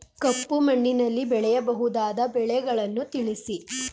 ಕಪ್ಪು ಮಣ್ಣಿನಲ್ಲಿ ಬೆಳೆಯಬಹುದಾದ ಬೆಳೆಗಳನ್ನು ತಿಳಿಸಿ?